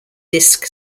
disc